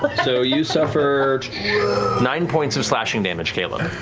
but so you suffer nine points of slashing damage, caleb.